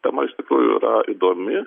tema iš tikrųjų yra įdomi